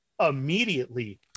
immediately